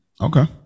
Okay